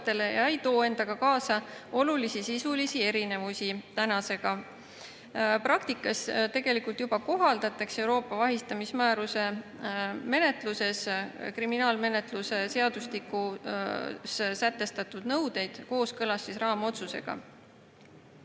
ega too endaga kaasa olulisi sisulisi erinevusi tänasega võrreldes. Praktikas tegelikult juba kohaldatakse Euroopa vahistamismääruse menetluses kriminaalmenetluse seadustikus sätestatud nõudeid kooskõlas raamotsusega.